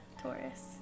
taurus